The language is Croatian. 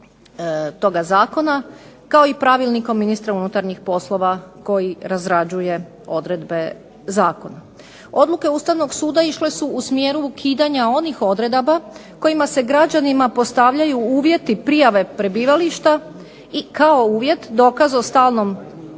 toga zakona kao i pravilnikom ministra unutarnjih poslova koji razrađuje odredbe zakona. Odluke Ustavnog suda išle su u smjeru ukidanja onih odredaba kojima se građanima postavljaju uvjeti prijave prebivališta kao uvjet, dokaz o stalnom